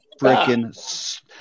freaking